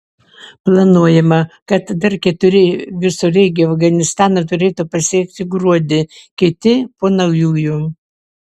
planuojama kad dar keturi visureigiai afganistaną turėtų pasiekti gruodį kiti po naujųjų